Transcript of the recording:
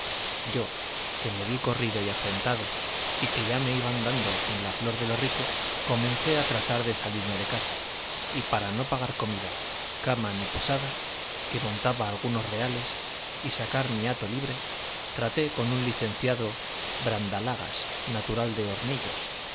yo que me vi corrido y afrentado y que ya me iban dando en la flor de lo rico comencé a trazar de salirme de casa y para no pagar comida cama ni posada que montaba algunos reales y sacar mi hato libre traté con un licenciado brandalagas natural de hornillos